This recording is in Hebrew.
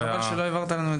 --- יהודה, חבל שלא העברת לנו.